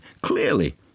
clearly